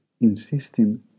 insisting